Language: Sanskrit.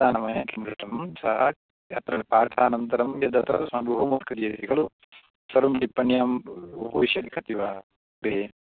तथा न मया किं दृष्टं सः पाठानन्तरं यत् क्रियते खलु सर्वं टिप्पण्याम् उपविश्य लिखति वा गृहे